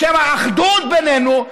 בשם האחדות בינינו,